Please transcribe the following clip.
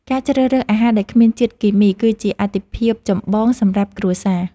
ការជ្រើសរើសអាហារដែលគ្មានជាតិគីមី គឺជាអាទិភាពចម្បងសម្រាប់គ្រួសារ។